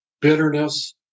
bitterness